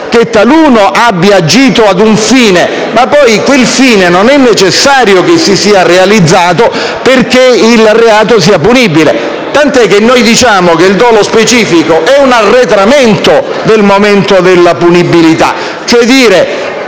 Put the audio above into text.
che taluno abbia agito ad un fine, ma poi quel fine non è necessario che si sia realizzato perché il reato sia punibile. Tant'è che noi diciamo che il dolo specifico è un arretramento del momento della punibilità,